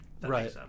Right